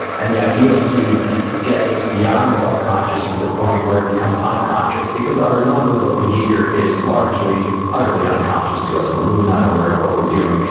and the idea is to get this beyond self-conscious to the point where it becomes unconscious because, our nonverbal behavior is largely, utterly unconscious to us. we're really not aware of what we're doing.